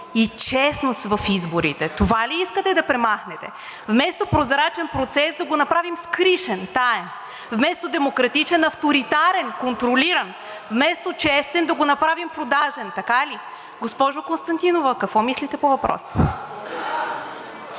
и честност в изборите.“ Това ли искате да премахнете – вместо прозрачен процес да го направим скришен, таен?! Вместо демократичен – авторитарен, контролиран?! Вместо честен – да го направим продажен, така ли?! Госпожо Константинова, какво мислите по въпроса?